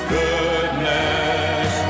goodness